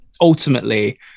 ultimately